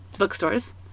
Bookstores